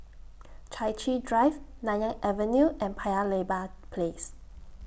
Chai Chee Drive Nanyang Avenue and Paya Lebar Place